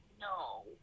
no